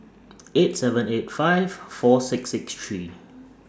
eight seven eight five four six six three